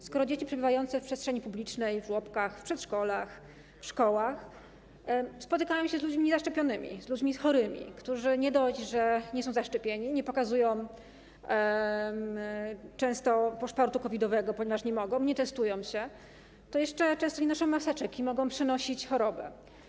Przecież dzieci przebywające w przestrzeni publicznej, w żłobkach, w przedszkolach, w szkołach spotykają się z ludźmi niezaszczepionymi, z ludźmi chorymi, którzy nie dość, że nie są zaszczepieni, nie pokazują często paszportu COVID-owego, ponieważ go nie mają, nie testują się, to jeszcze często nie noszą maseczek i mogą przenosić chorobę.